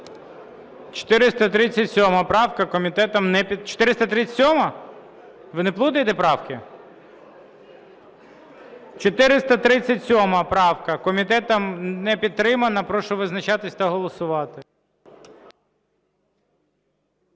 437 правка. Комітетом не підтримана. Прошу визначатись та голосувати.